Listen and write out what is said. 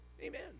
Amen